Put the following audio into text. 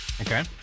Okay